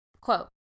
quote